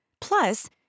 Plus